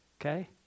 Okay